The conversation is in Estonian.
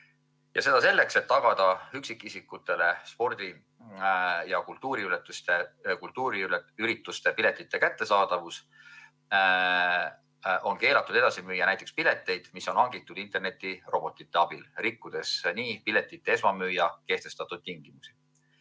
Selleks, et tagada üksikisikutele spordi- ja kultuuriürituste piletite kättesaadavus, on keelatud edasi müüa pileteid, mis on hangitud internetirobotite abil, rikkudes nii piletite esmamüüja kehtestatud tingimusi.